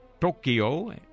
Tokyo